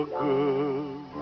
good